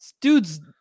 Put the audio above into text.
dude's